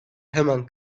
hemen